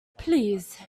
please